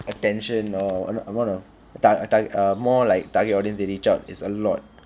attention or a amount of time attire more like target audience they reach out is a lot